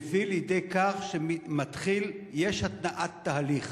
מביא לידי כך שיש התנעת תהליך.